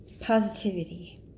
positivity